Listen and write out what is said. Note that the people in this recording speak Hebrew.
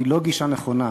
היא לא גישה נכונה,